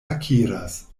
akiras